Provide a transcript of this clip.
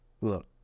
look